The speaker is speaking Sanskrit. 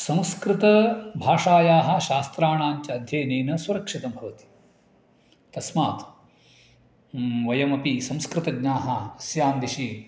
संस्कृतभाषायाः शास्त्राणाञ्च अध्ययनेन सुरक्षितं भवति तस्मात् वयमपि संस्कृतज्ञाः अस्यां दिशि